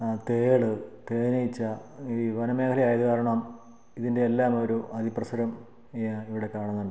ആ തേൾ തേനീച്ച ഈ വനമേഖല ആയത് കാരണം ഇതിൻ്റെ എല്ലാം ഒരു അതിപ്രസരം ഇതാ ഇവിടെ കാണുന്നുണ്ട്